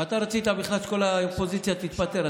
אתה בכלל רצית שכל האופוזיציה תתפטר.